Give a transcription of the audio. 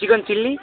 chicken chilli